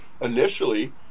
initially